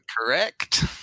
correct